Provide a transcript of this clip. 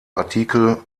artikel